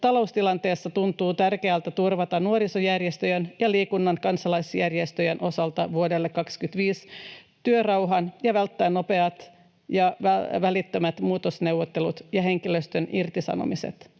taloustilanteessa tuntuu tärkeältä turvata nuorisojärjestöjen ja liikunnan kansalaisjärjestöjen osalta työrauha vuodelle 25 ja välttää nopeat ja välittömät muutosneuvottelut ja henkilöstön irtisanomiset.